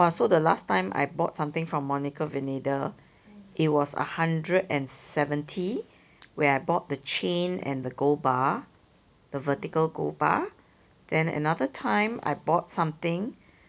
!wah! so the last time I bought something from Monica Vinader it was a hundred and seventy where I bought the chain and the gold bar the vertical gold bar then another time I bought something